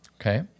okay